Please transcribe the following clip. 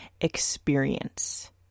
experience